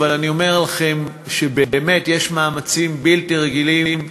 אבל אני אומר לכם שבאמת יש מאמצים בלתי רגילים,